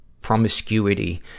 promiscuity